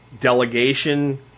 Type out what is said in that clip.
delegation